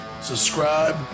Subscribe